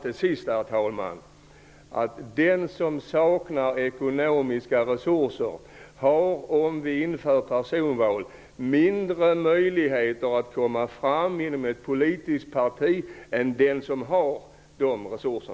Den som saknar ekonomiska resurser har, om vi inför personval, mindre möjligheter att komma fram inom ett politiskt parti än den som har resurserna.